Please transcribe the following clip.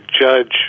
judge